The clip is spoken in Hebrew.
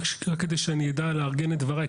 רק כדי שאני אדע לארגן את דבריי,